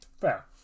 Fair